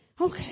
Okay